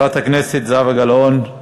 חברת הכנסת זהבה גלאון,